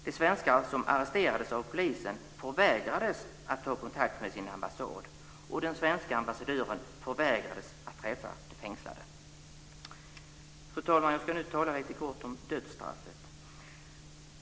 De svenskar som arresterades av polisen förvägrades att ta kontakt med sin ambassad, och den svenska ambassadören förvägrades att träffa de fängslade. Fru talman! Jag ska nu tala lite kort om dödsstraffet.